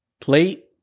plate